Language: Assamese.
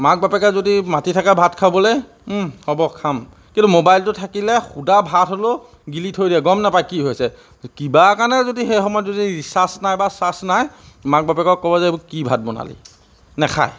মাক বাপেকে যদি মাতি থাকে ভাত খাবলৈ হ'ব খাম কিন্তু মোবাইলটো থাকিলে সুদা ভাত হ'লেও গিলি থৈ দিয়ে গম নাপায় কি হৈছে কিবা কাৰণে যদি সেই সময়ত যদি ৰিচাৰ্জ নাই বা চাৰ্জ নাই মাক বাপেকক ক'ব যে এইবোৰ কি ভাত বনালি নাখায়